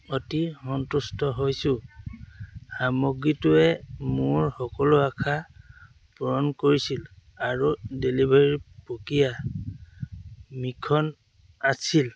অতি সন্তুষ্ট হৈছোঁ সামগ্ৰীটোৱে মোৰ সকলো আশা পূৰণ কৰিছিল আৰু ডেলিভাৰীৰ প্ৰক্ৰিয়া মসৃণ আছিল